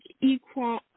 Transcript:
equal